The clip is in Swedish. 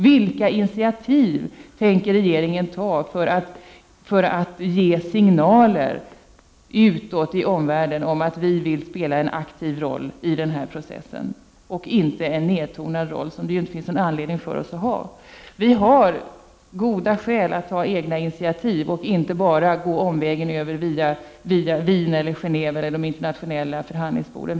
Vilka initiativ tänker regeringen ta för att ge signaler utåt till omvärlden om att vi vill spela en aktiv roll i denna process och inte en nedtonad roll, som det ju inte finns någon anledning för oss att ha? Vi har goda skäl att ta egna initiativ och inte bara gå omvägar via Wien, Genéåve och de internationella förhandlingsborden.